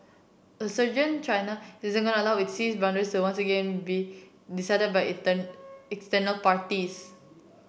a surgeon China isn't going to allow its sea boundaries to once again be decided by external parties